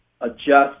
adjust